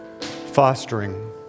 fostering